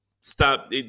Stop